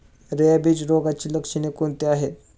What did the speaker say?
Rabies रोगाची लक्षणे कोणती आहेत?